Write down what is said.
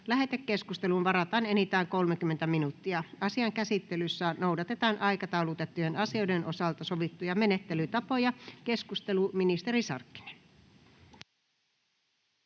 Lähetekeskusteluun varataan enintään 30 minuuttia. Asian käsittelyssä noudatetaan aikataulutettujen asioiden osalta sovittuja menettelytapoja. — Keskustelu, ministeri Sarkkinen.